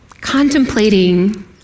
Contemplating